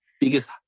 biggest